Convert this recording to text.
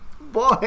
Boy